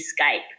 Skype